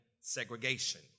segregation